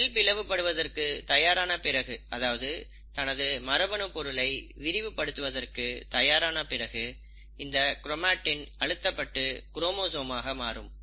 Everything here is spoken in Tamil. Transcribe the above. செல் பிளவு படுவதற்கு தயாரான பிறகு அதாவது தனது மரபணு பொருளை விரிவுபடுத்துவதற்கு தயாரான பிறகு இந்த க்ரோமாட்டின் அழுத்தப்பட்டு குரோமோசோமாக மாறும்